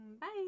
Bye